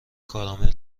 کارامل